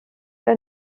der